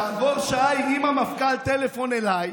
כעבור שעה הרים המפכ"ל טלפון אליי,